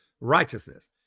righteousness